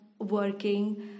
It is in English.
working